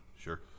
sure